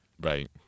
Right